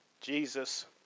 Jesus